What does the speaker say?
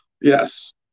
Yes